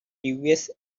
previous